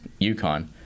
UConn